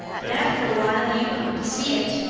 but after a while you come to see it.